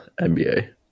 nba